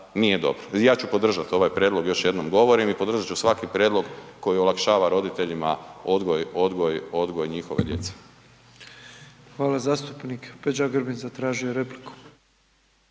Ja ću podržati ovaj prijedlog, još jednom govorim i podržat ću svaki prijedlog koji olakšava roditeljima odgoj njihove djece. **Petrov, Božo (MOST)** Hvala. Zastupnik Peđa Grbin zatražio je repliku.